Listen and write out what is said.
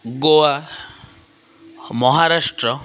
Goa Maharashtra